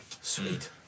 Sweet